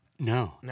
No